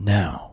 now